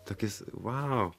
tokis vau